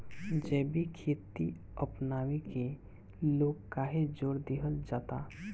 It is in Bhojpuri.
जैविक खेती अपनावे के लोग काहे जोड़ दिहल जाता?